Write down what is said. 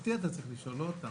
אותי אתה צריך לשאול, לא אותם.